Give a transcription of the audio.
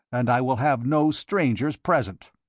and i will have no strangers present.